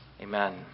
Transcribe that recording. amen